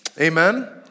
Amen